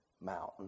mountain